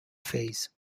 phase